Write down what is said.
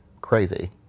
crazy